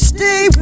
Stay